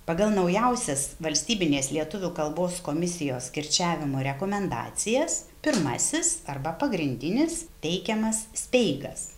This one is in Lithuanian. pagal naujausias valstybinės lietuvių kalbos komisijos kirčiavimo rekomendacijas pirmasis arba pagrindinis teikiamas speigas